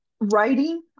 writing